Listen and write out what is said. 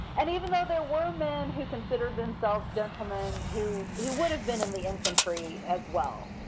and even though they were men who considered themselves gentlemen who who would have been in the infantry as well,